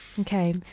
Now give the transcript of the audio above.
Okay